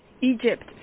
Egypt